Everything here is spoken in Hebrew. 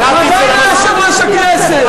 ביררתי אצל המזכירות.